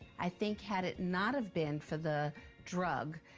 i think had it not have been for the drug,